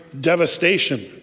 devastation